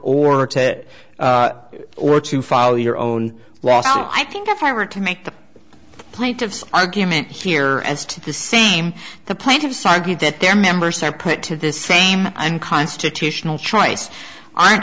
or to or to follow your own laws i think if i were to make the plaintiff's argument here as to the same the plaintiffs argued that their members are put to the same and constitutional choice